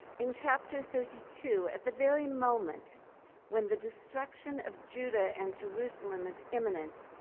in chapter thirty two, at the very moment when the destruction of judah and jerusalem is imminent,